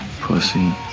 pussy